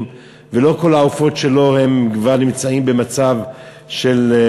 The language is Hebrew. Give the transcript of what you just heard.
ולא כל העופות שלו הם כבר נמצאים במצב של,